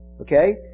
okay